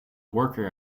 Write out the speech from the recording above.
worker